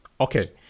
okay